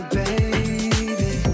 baby